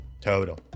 Total